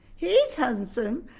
he is handsome.